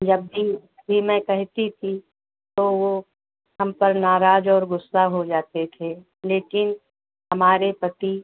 जब भी भी मैं कहती थी तो वो हम पर नाराज और गुस्सा हो जाते थे लेकिन हमारे पति